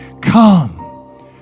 come